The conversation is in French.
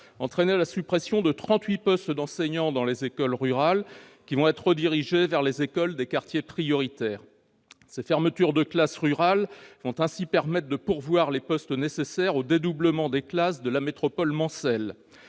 entraîner la suppression de 38 postes d'enseignants dans les écoles rurales. Ces postes vont être redirigés vers des écoles de quartiers prioritaires. Les fermetures de classes rurales vont donc permettre de pourvoir les emplois nécessaires aux dédoublements des classes de la métropole mancelle.